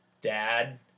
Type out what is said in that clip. dad